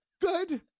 Good